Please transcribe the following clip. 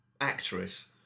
actress